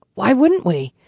why wouldn't we?